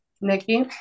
Nikki